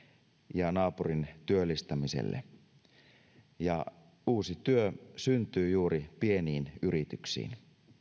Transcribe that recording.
ja naapurin työllistämiselle uusi työ syntyy juuri pieniin yrityksiin